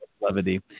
levity